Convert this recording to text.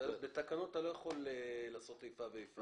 בתקנות אתה לא יכול לעשות איפה ואיפה.